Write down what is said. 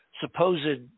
supposed